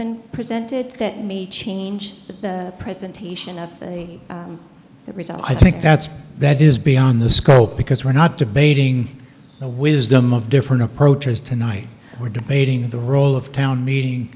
been presented that may change the presentation of a result i think that's that is beyond the scope because we're not debating the wisdom of different approaches tonight we're debating the role of town meeting